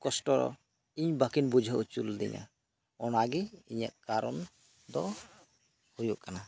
ᱫᱩᱠ ᱠᱚᱥᱴᱚ ᱤᱧ ᱵᱟᱠᱤᱱ ᱵᱩᱡᱷᱟᱹᱣ ᱚᱪᱚ ᱞᱤᱫᱤᱧᱟ ᱚᱱᱟ ᱜᱮ ᱤᱧᱟᱹᱜ ᱠᱟᱨᱚᱱ ᱫᱚ ᱦᱩᱭᱩᱜ ᱠᱟᱱᱟ